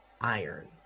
iron